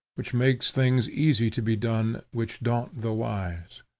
which makes things easy to be done which daunt the wise.